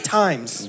times